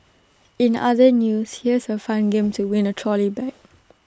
in other news here's A fun game to win A trolley bag